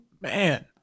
man